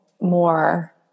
more